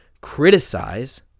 criticize